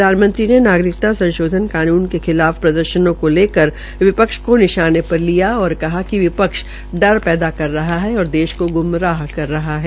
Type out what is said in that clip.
प्रधानमंत्री ने नागरिकता संशोधन कानून के खिलाफ प्रदर्शनों को लेकर विपक्ष को निशाने पर लिया और कहा कि विपक्ष डर पैदा कर रहा है और देश को ग्मराह कर रहा है